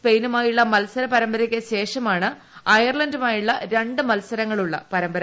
സ്പെയിനുമായുള്ള മത്സര പരമ്പരയ്ക്ക് ശേഷമാണ് അയർലണ്ടുമായുള്ള രണ്ടു മത്സരങ്ങളുള്ള പരമ്പര